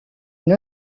une